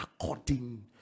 according